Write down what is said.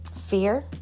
Fear